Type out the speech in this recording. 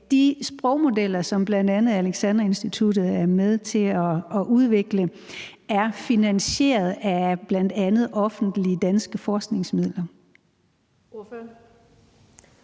de sprogmodeller, som bl.a. Alexandra Instituttet er med til at udvikle, bl.a. er finansieret af offentlige danske forskningsmidler? Kl.